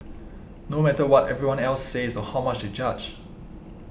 no matter what everyone else says or how much they judge